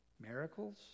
miracles